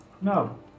no